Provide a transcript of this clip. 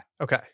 Okay